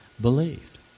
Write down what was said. believed